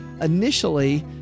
initially